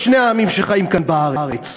לשני העמים שחיים כאן בארץ.